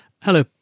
Hello